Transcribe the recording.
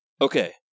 Okay